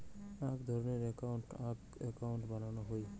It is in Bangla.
আক ধরণের একউন্টকে আরাক একউন্ট বানানো হই